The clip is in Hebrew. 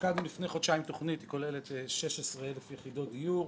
הפקדנו לפני חודשיים תוכנית שכוללת 16,000 יחידות דיור,